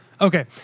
Okay